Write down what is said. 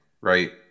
right